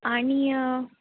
आणि